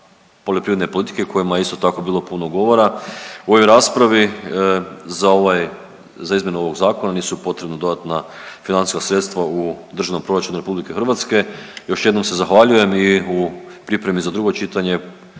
poljoprivredne politike kojima je isto tako, bilo puno govora u ovoj raspravi za ovaj, za izmjenu ovog zakona nisu potrebna dodatna financijska sredstva u državnom proračunu RH. Još jednom se zahvaljujem i u pripremi za drugo čitanje